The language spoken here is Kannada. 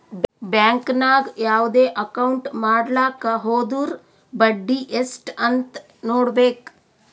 ಬ್ಯಾಂಕ್ ನಾಗ್ ಯಾವ್ದೇ ಅಕೌಂಟ್ ಮಾಡ್ಲಾಕ ಹೊದುರ್ ಬಡ್ಡಿ ಎಸ್ಟ್ ಅಂತ್ ನೊಡ್ಬೇಕ